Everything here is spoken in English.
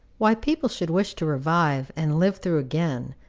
why people should wish to revive, and live through again,